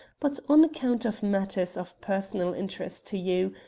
but on account of matters of personal interest to you,